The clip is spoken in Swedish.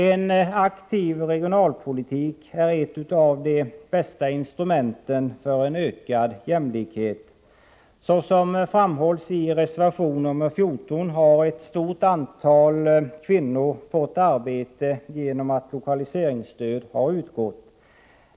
En aktiv regionalpolitik är ett av de bästa instrumenten för en ökad jämställdhet. Såsom framhålls i reservation nr 14 har ett stort antal kvinnor fått arbete genom att lokaliseringsstöd utgått.